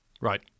Right